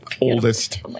oldest